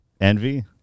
Envy